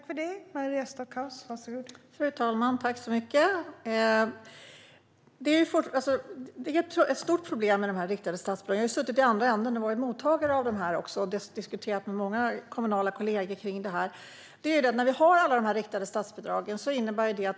Fru talman! Jag har ju suttit i andra änden också och varit mottagare av riktade statsbidrag, och jag har diskuterat dem med många kommunala kollegor. Jag ska nämna ett stort problem med att vi har alla de här riktade statsbidragen.